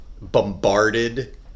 bombarded